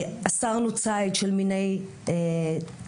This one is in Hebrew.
אסרנו ציד של מיני ציפורים,